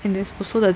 and there's also the